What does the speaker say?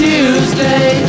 Tuesday